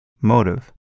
motive